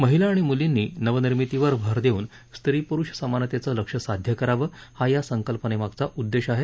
महिला आणि मुलींनी नवनिर्मितीवर भर देऊन स्त्री पुरुष समानतेचं लक्ष्य साध्य करावं हा या संकल्पनेमागचा उद्देश आहे